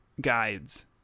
guides